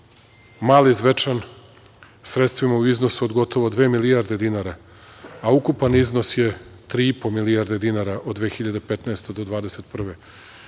Mali Zvečan, sredstvima u iznosu od gotovo dve milijarde dinara, a ukupan iznos je tri i po milijarde dinara od 2015. do 2021.